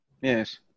Yes